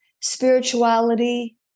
Spirituality